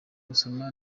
gusoma